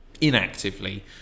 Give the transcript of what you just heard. inactively